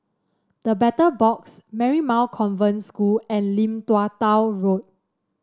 The Battle Box Marymount Convent School and Lim Tua Tow Road